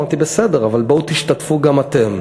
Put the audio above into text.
אמרתי: בסדר, אבל בואו תשתתפו גם אתם.